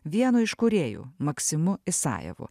vienu iš kūrėjų maksimu isajevu